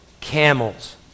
camels